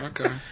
Okay